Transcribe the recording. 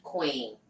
Queen